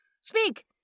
Speak